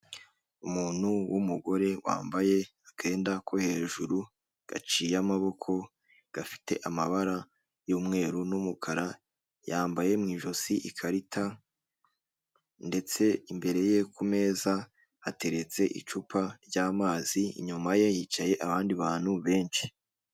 Umuntu w'umugore wambaye akenda ko hejuru gaciye amaboko, gafite amabara y'umweru numukara, yambaye mu ijosi ikarita ndetse imbere ye kumeza hateretse icupa ryamazi, inyuma ye yicaye abandi bantu benshi.